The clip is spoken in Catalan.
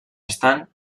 estan